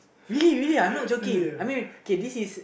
really really I'm not joking I mean K this is